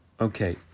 Okay